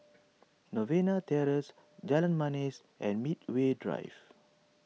Novena Terrace Jalan Manis and Medway Drive